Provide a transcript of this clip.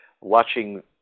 watching